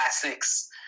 classics